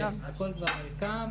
כן, הכול כבר קם.